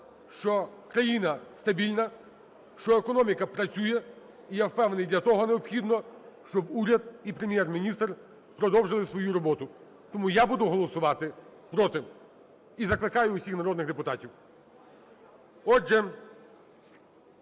що країна стабільна, що економіка працює. І я впевнений, для того необхідно, щоб уряд і Прем’єр-міністр продовжили свою роботу. Тому я буду голосувати "проти", і закликаю всіх народних депутатів.